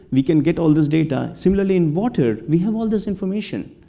we can get all this data. similarly in water we have all this information.